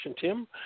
Tim